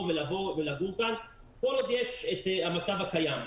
ולגור שם כל עוד שורר את המצב הקיים.